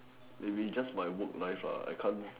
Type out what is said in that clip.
maybe just my work life I can't